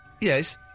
Yes